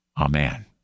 amen